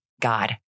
God